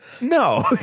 No